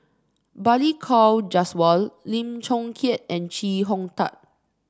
Balli Kaur Jaswal Lim Chong Keat and Chee Hong Tat